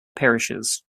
parishes